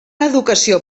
educació